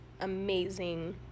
amazing